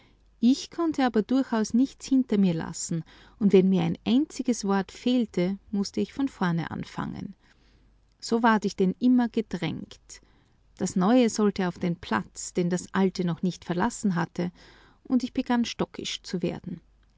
ich konnte aber durchaus nichts hinter mir lassen und wenn mir ein einziges wort fehlte mußte ich von vorne anfangen so ward ich denn immer gedrängt das neue sollte auf den platz den das alte noch nicht verlassen hatte und ich begann stockisch zu werden